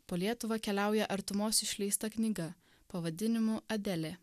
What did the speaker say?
po lietuvą keliauja artumos išleista knyga pavadinimu adelė